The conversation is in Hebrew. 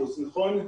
נכון?